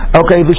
okay